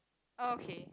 okay